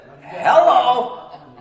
hello